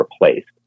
replaced